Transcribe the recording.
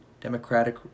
democratic